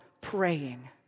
praying